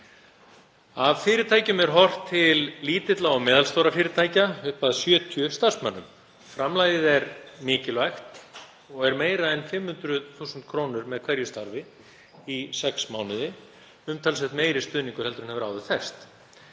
Af fyrirtækjum er horft til lítilla og meðalstórra fyrirtækja upp að 70 starfsmönnum. Framlagið er mikilvægt og er meira en 500.000 kr. með hverju starfi í sex mánuði, umtalsvert meiri stuðningur en áður hefur þekkst.